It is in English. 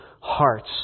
hearts